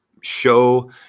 show